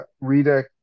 Rita